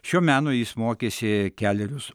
šio meno jis mokėsi kelerius